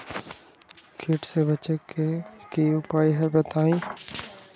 कीट से बचे के की उपाय हैं बताई?